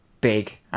big